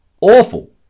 awful